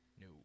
No